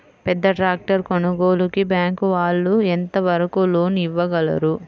పెద్ద ట్రాక్టర్ కొనుగోలుకి బ్యాంకు వాళ్ళు ఎంత వరకు లోన్ ఇవ్వగలరు?